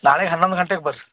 ನಾಳೆಗೆ ಹನ್ನೊಂದು ಗಂಟೆಗೆ ಬರ್ರಿ